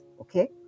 okay